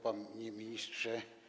Panie Ministrze!